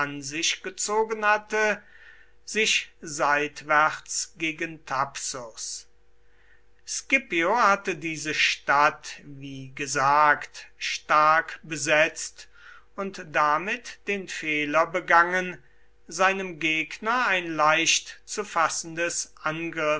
sich gezogen hatte sich seitwärts gegen thapsus scipio hatte diese stadt wie gesagt stark besetzt und damit den fehler begangen seinem gegner ein leicht zu fassendes